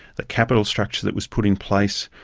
the capital structure that was put in place,